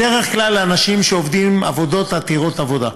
בדרך כלל לאנשים שעובדים עבודות עתירות עבודה.